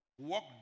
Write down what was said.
Work